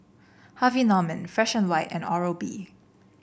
Harvey Norman Fresh And White and Oral B